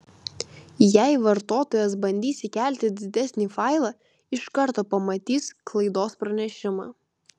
jei vartotojas bandys įkelti didesnį failą iš karto pamatys klaidos pranešimą